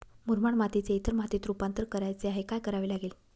मुरमाड मातीचे इतर मातीत रुपांतर करायचे आहे, काय करावे लागेल?